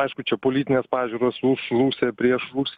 aišku čia politinės pažiūros už rusiją prieš rusiją